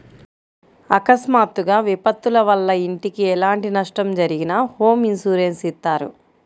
అకస్మాత్తుగా విపత్తుల వల్ల ఇంటికి ఎలాంటి నష్టం జరిగినా హోమ్ ఇన్సూరెన్స్ ఇత్తారు